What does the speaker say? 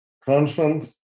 conscience